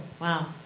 Wow